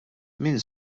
min